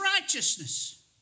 righteousness